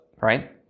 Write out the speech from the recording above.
right